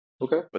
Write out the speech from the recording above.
Okay